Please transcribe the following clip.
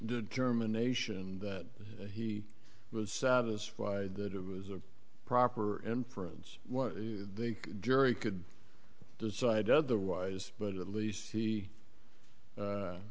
determination that he was satisfied that it was a proper inference the jury could decide otherwise but at least